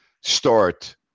start